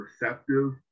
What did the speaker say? receptive